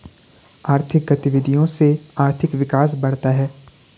आर्थिक गतविधियों से आर्थिक विकास बढ़ता है